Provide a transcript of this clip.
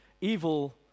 evil